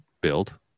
build